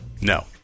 No